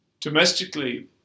Domestically